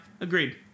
Agreed